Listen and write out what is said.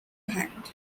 hand